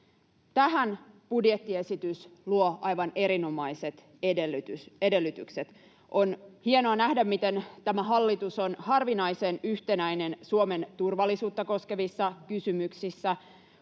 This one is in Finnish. Tähän budjettiesitys luo aivan erinomaiset edellytykset. On hienoa nähdä, miten tämä hallitus on harvinaisen yhtenäinen Suomen turvallisuutta koskevissa kysymyksissä: